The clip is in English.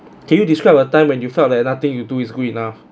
can you describe a time when you felt that nothing you do is good enough